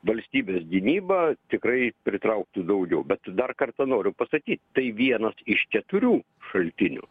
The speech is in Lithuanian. valstybės gynyba tikrai pritrauktų daugiau bet dar kartą noriu pasakyt tai vienas iš keturių šaltinių